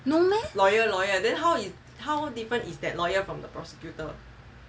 no meh